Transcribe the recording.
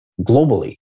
globally